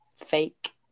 fake